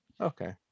Okay